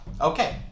Okay